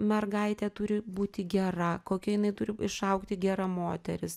mergaitė turi būti gera kokia jinai turi išaugti gera moteris